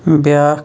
بیٛاکھ